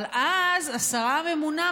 אבל אז השרה הממונה,